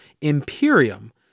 Imperium